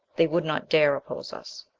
they would not dare oppose us.